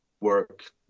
work